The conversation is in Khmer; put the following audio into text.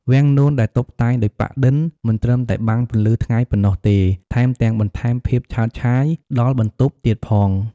វាំងននដែលតុបតែងដោយប៉ាក់-ឌិន មិនត្រឹមតែបាំងពន្លឺថ្ងៃប៉ុណ្ណោះទេ ថែមទាំងបន្ថែមភាពឆើតឆាយដល់បន្ទប់ទៀតផង។